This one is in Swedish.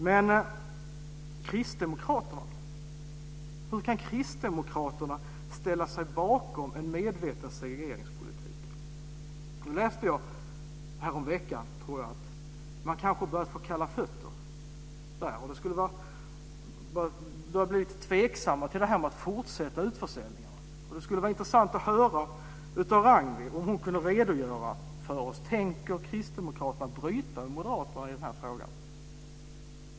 Men hur kan Kristdemokraterna ställa sig bakom en medveten segregeringspolitik? Häromveckan läste jag att man börjar få kalla fötter. Man ska ha blivit tveksam till att fortsätta utförsäljningarna. Det skulle vara intressant att få höra av Ragnwi Marcelind om hon kan redogöra för oss om Kristdemokraterna tänker bryta med Moderaterna i den frågan.